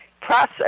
process